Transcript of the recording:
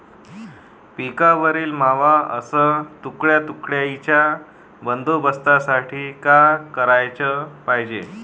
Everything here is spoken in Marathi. पिकावरील मावा अस तुडतुड्याइच्या बंदोबस्तासाठी का कराच पायजे?